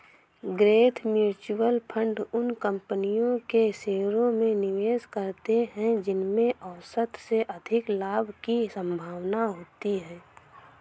growth mutual fund उन कंपनियों के शेयरों में निवेश करते हैं जिनमें औसत से अधिक लाभ की संभावना होती है